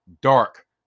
dark